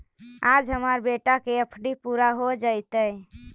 आज हमार बेटा के एफ.डी पूरा हो जयतई